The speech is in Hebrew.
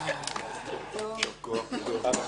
תודה.